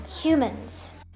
humans